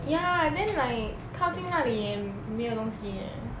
ya then like 靠近哪里也没有东西 eh